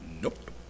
Nope